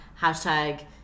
hashtag